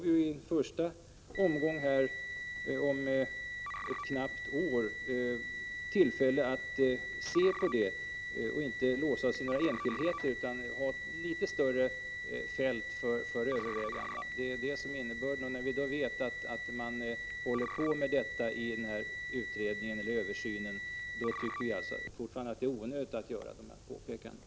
I en första omgång om knappt ett år får vi tillfälle att se på detta utan att ha låst oss i några enskildheter och därmed ha ett litet större fält för övervägandena. Det är det som är innebörden i vårt ställningstagande. När vi vet att man i den här översynen håller på med att pröva olika uppslag anser vi att det är onödigt att göra dessa påpekanden.